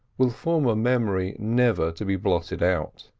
will form a memory never to be blotted out.